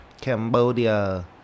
Cambodia